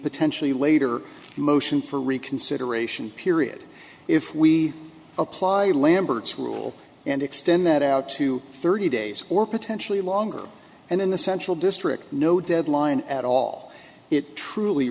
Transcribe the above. potentially later motion for reconsideration period if we apply a lamberts rule and extend that out to thirty days or potentially longer and in the central district no deadline at all it truly